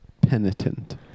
penitent